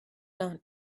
not